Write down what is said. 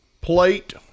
Plate